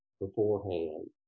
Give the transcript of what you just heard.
beforehand